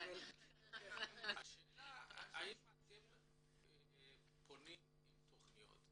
השאלה האם אתם פונים עם תכניות.